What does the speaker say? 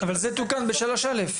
אבל זה תוקן ב-3(א).